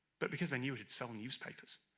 but because they knew it had sold newspapers.